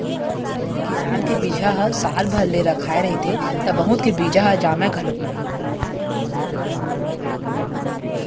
किसान के बिजहा ह साल भर ले रखाए रहिथे त बहुत के बीजा ह जामय घलोक नहि